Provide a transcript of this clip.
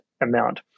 amount